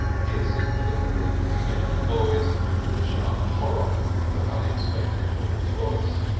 piercing the little group of men and boys with the sharp horror of an unexpected woman's voice.